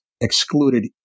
excluded